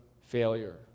failure